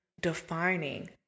defining